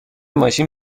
ماشین